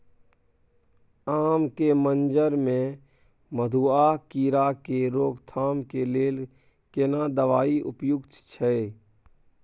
आम के मंजर में मधुआ कीरा के रोकथाम के लेल केना दवाई उपयुक्त छै?